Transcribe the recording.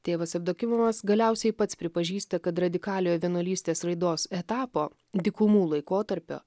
tėvas jevdokimovas galiausiai pats pripažįsta kad radikaliojo vienuolystės raidos etapo dykumų laikotarpio